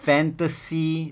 Fantasy